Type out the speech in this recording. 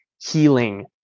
healing